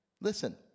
Listen